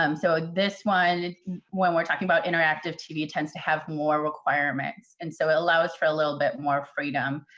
um so this one when we're talking about interactive tv tends to have more requirements and so it allows for a little bit more freedom.